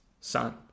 son